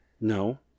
No